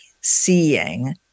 seeing